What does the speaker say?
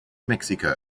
mexico